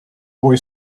boy